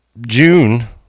June